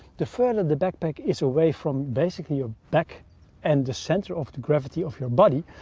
the further the backpack is away from, basically your back and the center of the gravity of your body,